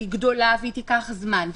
היא גדולה והיא תיקח זמן.